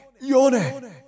Yone